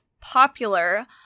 popular